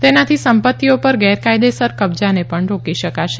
તેનાથી સંપત્તિઓ પર ગેરકાયદેસર કબજાને પણ રોકી શકાશે